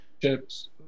chips